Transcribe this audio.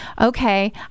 okay